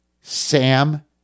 Sam